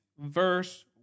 verse